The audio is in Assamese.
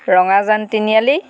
ৰঙাজান তিনিআলি